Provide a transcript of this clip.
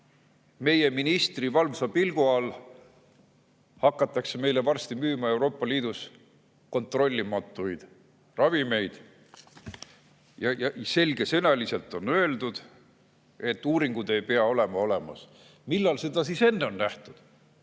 meie ministri valvsa pilgu all hakatakse meile varsti müüma Euroopa Liidus kontrollimata ravimeid. Selgesõnaliselt on öeldud, et uuringuid ei pea olemas olema. Millal seda enne on nähtud?